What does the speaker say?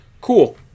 Cool